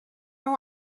اون